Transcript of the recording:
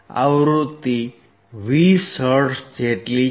આવૃતિ 20 હર્ટ્ઝ છે